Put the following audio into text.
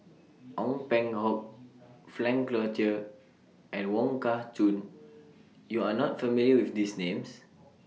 Ong Peng Hock Frank Cloutier and Wong Kah Chun YOU Are not familiar with These Names